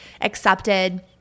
accepted